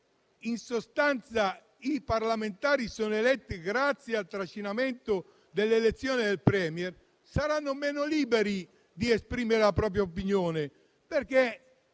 in sostanza i parlamentari sono eletti grazie al trascinamento dell'elezione del *Premier*, che saranno meno liberi di esprimere la propria opinione perché